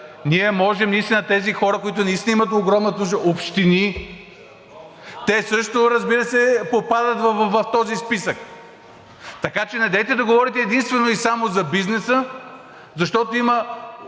Ние можем наистина тези хора, които наистина имат огромна нужда... Общини – те също, разбира се, попадат в този списък. Така че недейте да говорите единствено и само за бизнеса, защото има